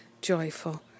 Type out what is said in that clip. joyful